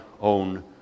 own